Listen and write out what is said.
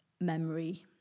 memory